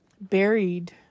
buried